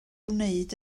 wneud